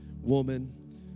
woman